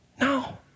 No